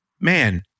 man